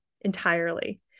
entirely